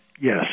yes